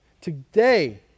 Today